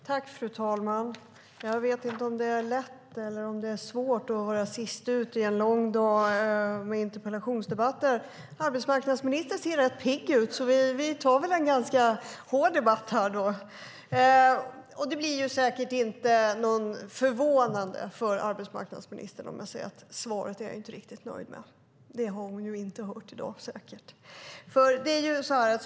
Fru talman! Jag vet inte om det är lätt eller svårt att vara sist ut på en lång dag av interpellationsdebatter. Arbetsmarknadsministern ser rätt pigg ut, så vi tar väl en ganska hård debatt! Det blir säkert inte förvånande för arbetsmarknadsministern om jag säger att jag inte är riktigt nöjd med svaret. Det har hon säkert inte fått höra tidigare i dag.